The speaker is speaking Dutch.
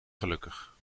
gelukkig